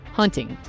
hunting